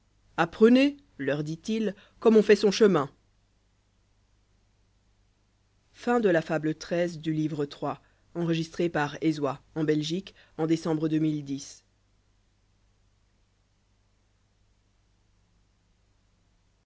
apprenez leur dit-il comme on fait son chemin